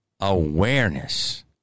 awareness